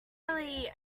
generally